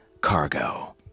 Cargo